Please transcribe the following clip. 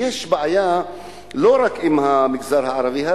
שיש בעיה לא רק עם המגזר הערבי,